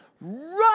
run